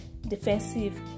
defensive